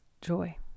joy